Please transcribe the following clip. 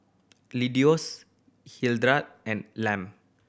Leonidas Hildred and Lem